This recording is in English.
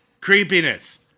creepiness